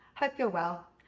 hope you are well.